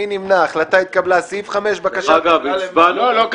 הכלכלה סעיף 3 בסדר-יום,